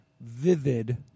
vivid